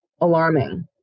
alarming